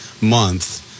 month